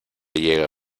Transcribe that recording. llega